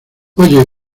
oye